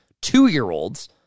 two-year-olds